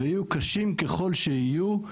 ויהיו קשים ככל שיהיו,